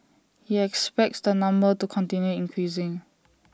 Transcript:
he expects the number to continue increasing